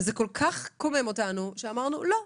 זה כל כך קומם אותנו שאמרנו לא,